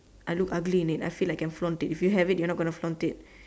I look ugly in it I feel like I flaunt it if you have it you're not gonna flaunt it